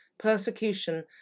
persecution